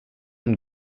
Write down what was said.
and